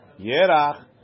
Yerach